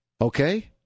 Okay